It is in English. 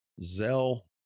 Zell